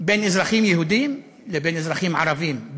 בין אזרחים יהודים לבין אזרחים ערבים,